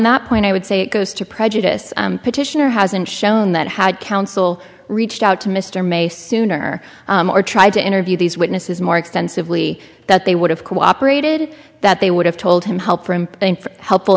that point i would say it goes to prejudice petitioner hasn't shown that had counsel reached out to mr may sooner or tried to interview these witnesses more extensively that they would have cooperated that they would have told him help